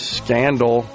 scandal